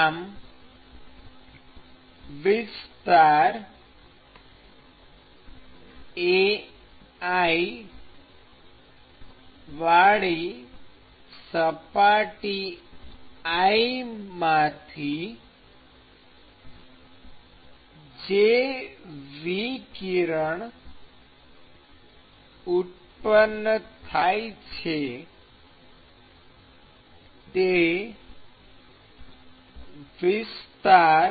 આમ વિસ્તાર Ai વાળી સપાટી i માંથી જે વિકિરણ ઉત્પન્ન થાય છે તે વિસ્તાર